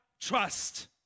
trust